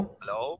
hello